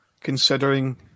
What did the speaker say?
considering